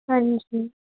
ਹਾਂਜੀ